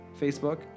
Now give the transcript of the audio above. Facebook